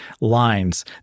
lines